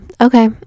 Okay